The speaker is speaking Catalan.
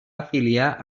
afiliar